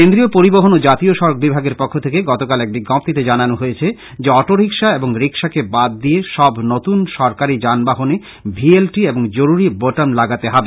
কেন্দ্রীয় পরিবহন ও জাতীয় সড়ক বিভাগের পক্ষ থেকে গতকাল এক বিজ্ঞপ্তীতে জানানো হয়েছে যে অটো রিক্সা এবং রিক্সাকে বাদ দিয়ে সব নতুন সরকারী যান বাহনে ভি এল টি এবং জরুরী বোতাম লাগাতে হবে